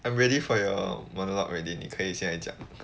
I'm ready for your monologue already 你可以现在讲了